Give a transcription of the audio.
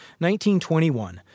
1921